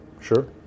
sure